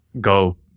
go